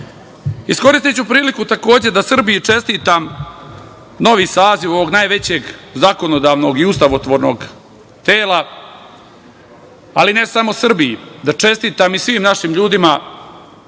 sličnih. Iskoristiću priliku, takođe, da Srbiji čestitam novi saziv ovog najvećeg zakonodavnog i ustavotvornog tela, ali ne samo Srbiji, da čestitam i svim našim ljudima,